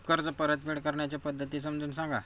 कर्ज परतफेड करण्याच्या पद्धती समजून सांगा